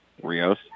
Rios